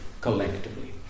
collectively